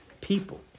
people